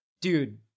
Dude